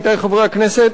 עמיתי חברי הכנסת,